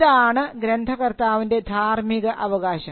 ഇതാണ് ഗ്രന്ഥകർത്താവിൻറെ ധാർമിക അവകാശം